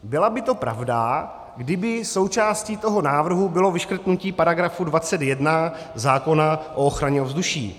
Byla by to pravda, kdyby součástí toho návrhu bylo vyškrtnutí § 21 zákona o ochraně ovzduší.